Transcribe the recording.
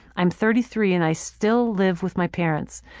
i'm thirty three and i still live with my parents.